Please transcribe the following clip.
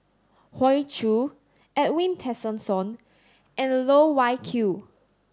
Hoey Choo Edwin Tessensohn and Loh Wai Kiew